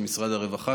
משרד הרווחה,